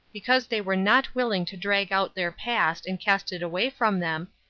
because they were not willing to drag out their past and cast it away from them,